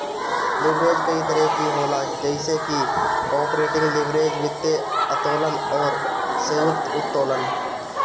leverage कई तरही के होला जइसे की आपरेटिंग लीवरेज, वित्तीय उत्तोलन अउरी संयुक्त उत्तोलन